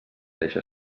deixa